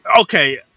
Okay